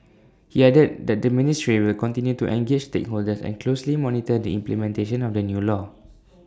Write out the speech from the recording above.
he added that the ministry will continue to engage stakeholders and closely monitor the implementation of the new law